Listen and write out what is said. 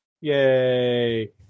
Yay